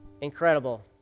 Incredible